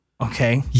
Okay